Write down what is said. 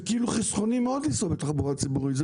זה חסכוני מאוד לנסוע בתחבורה הציבורית.